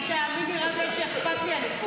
אני, תאמין לי, רק בגלל שאכפת לי אני פה.